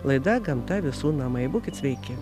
laida gamta visų namai būkit sveiki